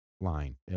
line